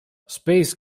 space